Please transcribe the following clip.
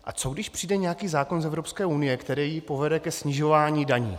A co když přijde nějaký zákon z Evropské unie, který povede ke snižování daní?